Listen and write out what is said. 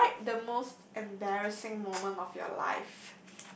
describe the most embarrassing moment of your life